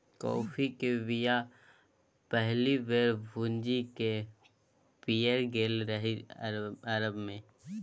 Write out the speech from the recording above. coffee केर बीया केँ पहिल बेर भुजि कए पीएल गेल रहय अरब मे